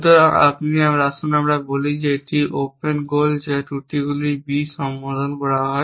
সুতরাং আসুন আমরা বলি যে এটি ওপেনস গোল যা ত্রুটিগুলি B সম্বোধন করা হয়